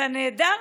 והנהדר,